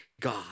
God